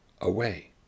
away